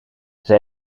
zij